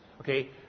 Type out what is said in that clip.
Okay